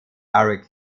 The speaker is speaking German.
eric